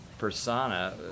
persona